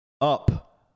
Up